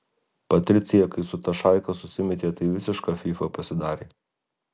patricija kai su ta šaika susimetė tai visiška fyfa pasidarė